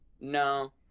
no